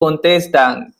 contestan